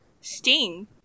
Sting